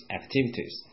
activities